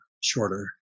shorter